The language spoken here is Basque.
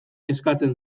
eskatzen